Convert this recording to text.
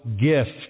gift